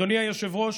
אדוני היושב-ראש,